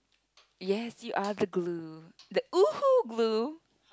yes you are the glue the Uhu glue